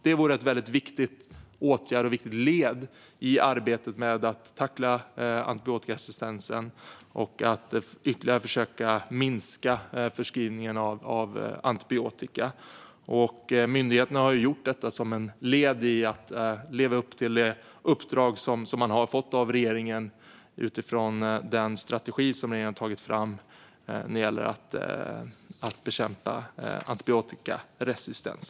Det vore en viktig åtgärd och ett viktigt led i arbetet med att tackla antibiotikaresistensen och försöka minska förskrivningen av antibiotika ytterligare. Myndigheterna har gjort detta som ett led i att leva upp till det uppdrag som de har fått av regeringen utifrån den strategi som den har tagit fram när det gäller att bekämpa antibiotikaresistens.